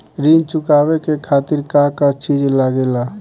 ऋण चुकावे के खातिर का का चिज लागेला?